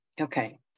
Okay